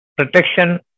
Protection